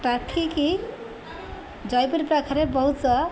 traffic Jeypore ପାଖରେ ବହୁତ